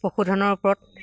পশুধনৰ ওপৰত